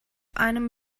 einem